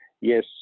Yes